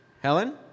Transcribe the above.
Helen